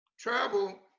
Travel